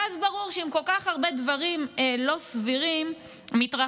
ואז ברור שאם כל כך הרבה דברים לא סבירים מתרחשים,